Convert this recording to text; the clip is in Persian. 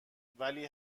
ولی